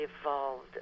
evolved